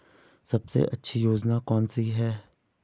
सबसे अच्छी योजना कोनसी है?